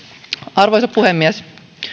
arvoisa puhemies